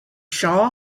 shaw